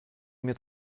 mir